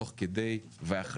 תוך כדי ואחרי.